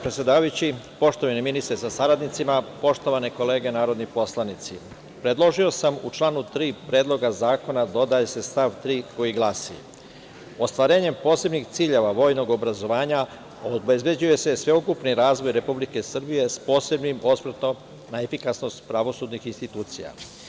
Poštovani ministre sa saradnicima, poštovane kolege narodni poslanici, predložio sam u članu 3. Predloga zakona da se doda stav 3, koji glasi – Ostvarenjem posebnih ciljeva vojnog obrazovanja obezbeđuje se sveukupni razvoj Republike Srbije, s posebnim osvrtom na efikasnost pravosudnih institucija.